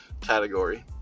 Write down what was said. category